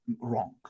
wrong